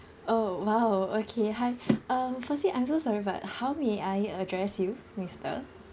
oh !wow! okay hi um firstly I'm so sorry but how may I address you mister